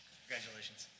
Congratulations